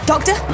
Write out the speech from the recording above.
Doctor